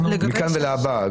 מכאן ולהבא.